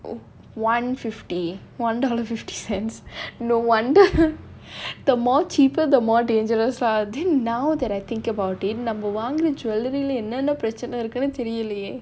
one fifty one dollar fifty cents no wonder the more cheaper the more dangerous lah then now that I think about it number one jewelry என்னன்னா பிரச்சனை இருக்குதுனே தெரியலையே:ennaanaa pirachanai irukuthunae theriyalayae